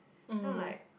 then I'm like